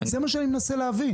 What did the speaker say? זה מה שאני מנסה להבין.